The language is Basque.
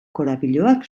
korapiloak